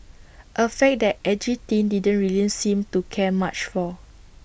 A fact that edgy teen didn't really seem to care much for